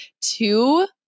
two